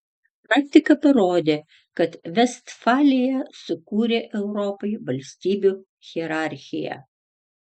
praktika parodė kad vestfalija sukūrė europai valstybių hierarchiją